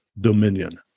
dominion